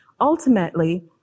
ultimately